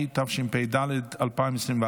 התשפ"ד 2024,